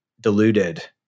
deluded